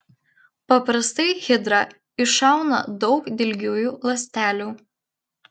paprastai hidra iššauna daug dilgiųjų ląstelių